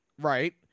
Right